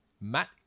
Matt